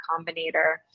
Combinator